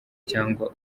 cyangwa